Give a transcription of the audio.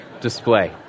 display